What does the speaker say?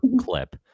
clip